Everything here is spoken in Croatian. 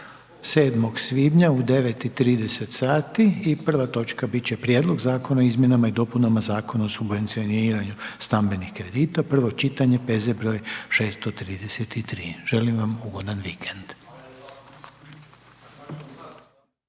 7. svibnja u 9,30 sati i prva točka bit će Prijedlog zakona o izmjenama i dopunama Zakona o subvencioniranju stambenih kredita, prvo čitanje, P.Z. br. 633. Želim vam ugodan vikend.